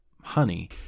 honey